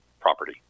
property